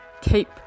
keep